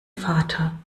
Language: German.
vater